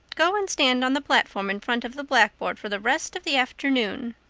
go and stand on the platform in front of the blackboard for the rest of the afternoon.